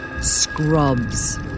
scrubs